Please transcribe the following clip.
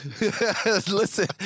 listen